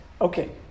okay